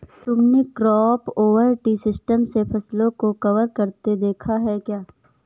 तुमने crop over tree system से फसलों को कवर करते देखा है क्या?